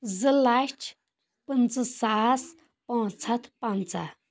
زٕ لچھ پنژٕ ساس پانٛژھ ہتھ پنژہ